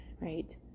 right